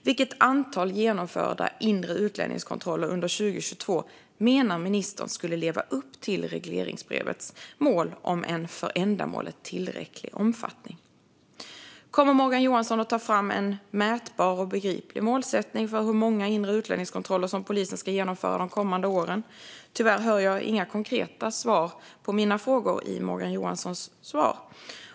Vilket antal genomförda inre utlänningskontroller under 2022 menar ministern skulle leva upp till regleringsbrevets mål om "en för ändamålet tillräcklig omfattning"? Kommer Morgan Johansson att ta fram en mätbar och begriplig målsättning för hur många inre utlänningskontroller som polisen ska genomföra de kommande åren? Tyvärr hör jag inga konkreta svar på mina frågor i Morgan Johanssons svar.